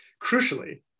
Crucially